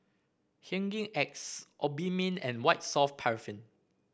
Hygin X Obimin and White Soft Paraffin